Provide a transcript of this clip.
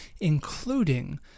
including